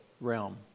realm